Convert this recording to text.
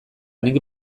nik